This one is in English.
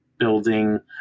building